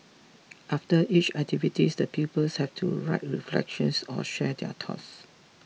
after each activity the pupils have to write reflections or share their thoughts